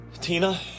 Tina